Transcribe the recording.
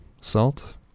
Salt